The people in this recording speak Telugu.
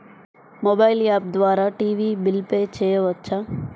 మొబైల్ యాప్ ద్వారా టీవీ బిల్ పే చేయవచ్చా?